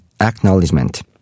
acknowledgement